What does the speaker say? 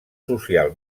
social